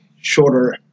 shorter